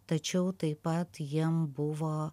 tačiau taip pat jiem buvo